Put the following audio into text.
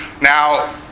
Now